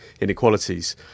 inequalities